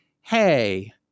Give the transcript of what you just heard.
hey